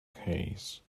case